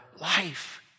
life